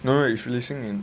no no it is releasing in